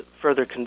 further